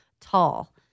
tall